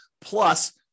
plus